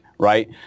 right